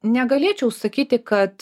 negalėčiau sakyti kad